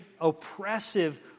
oppressive